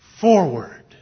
forward